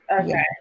Okay